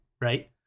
right